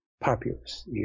populace